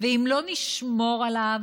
ואם לא נשמור עליו